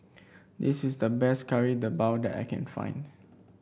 this is the best Kari Debal that I can find